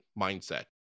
mindset